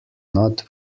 not